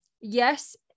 yes